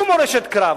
שום מורשת קרב.